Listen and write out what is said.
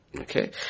Okay